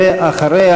ואחריה,